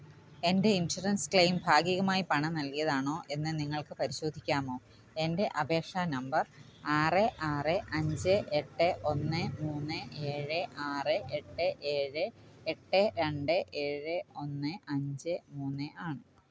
എൻ്റെ insurance claim ഭാഗികമായി പണം നൽകിയതാണോ എന്നു നിങ്ങൾക്ക് പരിശോധിക്കാമോ എൻ്റെ അപേക്ഷാ നമ്പർ ആറ് ആറ് അഞ്ച് എട്ട് ഒന്ന് മൂന്ന് ഏഴ് ആറ് എട്ട് ഏഴ് എട്ട് രണ്ട് ഏഴ് ഒന്ന് അഞ്ച് മൂന്ന് ആണ്